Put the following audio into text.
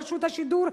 ברשות השידור,